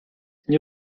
nie